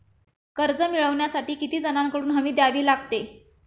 कर्ज मिळवण्यासाठी किती जणांकडून हमी द्यावी लागते?